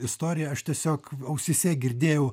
istoriją aš tiesiog ausyse girdėjau